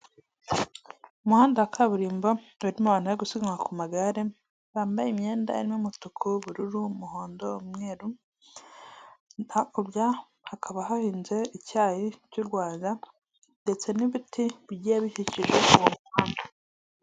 Umuhanda wa kaburimbo, urimo abantu barigusiganwa ku magare bambaye imyenda n'umutuku w'ubururu n'umuhondo, umwe hakurya hakaba hari icyayi cy'u Rwanda ndetse n'ibiti bigiye bikijwe mu muhanda.